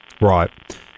Right